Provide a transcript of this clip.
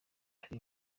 hari